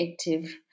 active